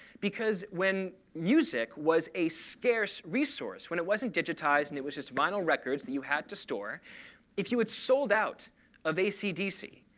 because when music was a scarce resource when it wasn't digitized and it was just vinyl records that you had to store if you had sold out of acdc,